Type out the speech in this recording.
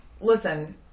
listen